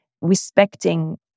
respecting